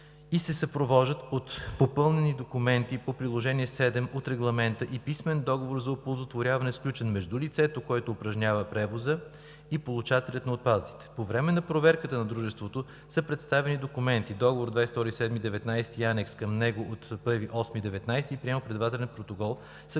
и се съпровождат от попълнен документ по приложение 7 от Регламента и писмен договор за оползотворяване, сключен между лицето, което упражнява превоза, и получателя на отпадъците. По време на проверката от дружеството са представени документи – договор от 22 юли 2019 г. и анекс към него от 1 август 2019 г. и приемо-предавателен протокол,